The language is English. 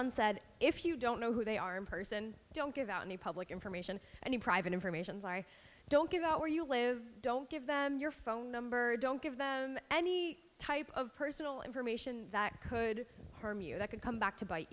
on said if you don't know who they are in person don't give out any public information any private information don't give out where you live don't give them your phone number don't give them any type of personal information that could harm you that could come back to bite